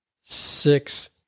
six